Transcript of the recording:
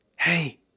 Hey